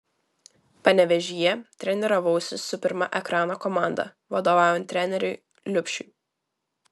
panevėžyje treniravausi su pirma ekrano komanda vadovaujant treneriui liubšiui